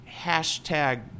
hashtag